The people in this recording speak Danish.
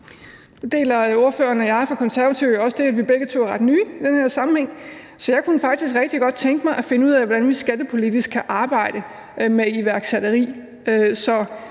Nu deler ordføreren fra Konservative og jeg jo også det, at vi begge to er ret nye i den her sammenhæng, så jeg kunne faktisk rigtig godt tænke mig at finde ud af, hvordan vi skattepolitisk kan arbejde med iværksætteri.